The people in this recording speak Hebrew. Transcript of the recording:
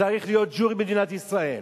צריך להיות jury במדינת ישראל.